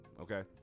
Okay